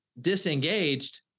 disengaged